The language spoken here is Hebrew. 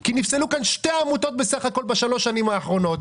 כי נפסלו כאן שתי עמותות בסך הכול בשלוש השנים האחרונות,